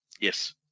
Yes